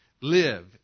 live